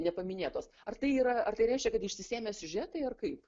nepaminėtos ar tai yra ar tai reiškia kad išsisėmė siužetai ar kaip